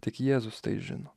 tik jėzus tai žino